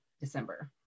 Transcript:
December